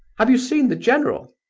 have you seen the general?